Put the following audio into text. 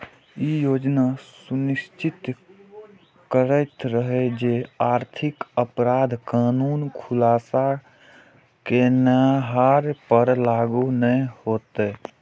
ई योजना सुनिश्चित करैत रहै जे आर्थिक अपराध कानून खुलासा केनिहार पर लागू नै हेतै